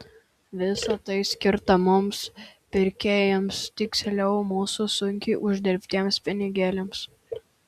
visa tai skirta mums pirkėjams tiksliau mūsų sunkiai uždirbtiems pinigėliams